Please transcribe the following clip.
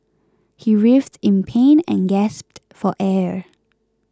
he writhed in pain and gasped for air